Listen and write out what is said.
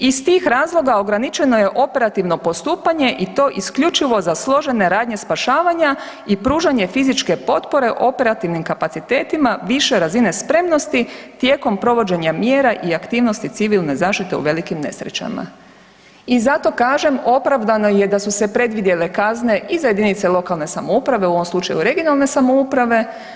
Iz tih razloga ograničeno je operativno postupanje i to isključivo za složene radnje spašavanja i pružanje fizičke potpore operativnim kapacitetima više razine spremnosti tijekom provođenja mjera i aktivnosti Civilne zaštite u velikim nesrećama.“ I zato kažem opravdano je da su se predvidjele kazne i za jedinice lokalne samouprave u ovom slučaju regionalne samouprave.